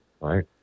right